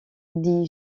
dit